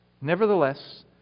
Nevertheless